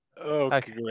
Okay